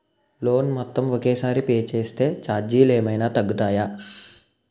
Loan మొత్తం ఒకే సారి పే చేస్తే ఛార్జీలు ఏమైనా తగ్గుతాయా?